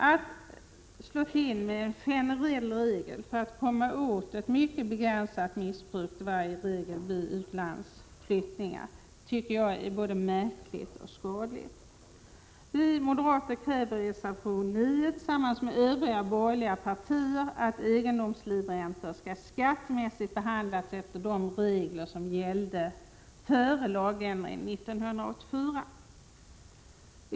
Att slå till med en generell regel för att komma åt ett mycket begränsat missbruk vid överlåtelser i samband med utlandsbosättning är både märkligt och skadligt. Vi moderater kräver i reservation 9 tillsammans med övriga borgerliga partier att egendomslivräntor skattemässigt skall behandlas efter de regler som gällde före lagändringen 1984.